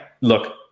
Look